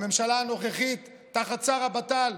בממשלה הנוכחית, תחת שר הבט"ל